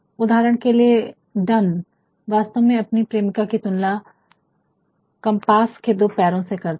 उदाहरण के लिए डन वास्तव में अपनी प्रेमिका कि तुलना कंपास के दो पैरो से करता है